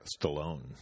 Stallone